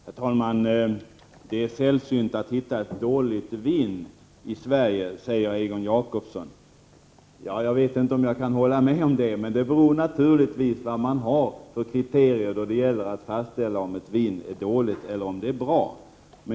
Herr talman! Det är sällsynt att man hittar ett dåligt vin i Sverige, säger Egon Jacobsson. Ja, jag vet inte om jag kan hålla med om det. Men det beror naturligtvis på vad man har för kriterier när det gäller att fastställa om ett vin är dåligt eller om det är bra.